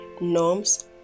norms